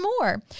more